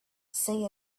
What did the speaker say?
say